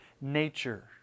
nature